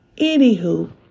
anywho